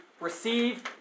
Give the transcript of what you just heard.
receive